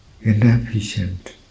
inefficient